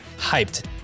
hyped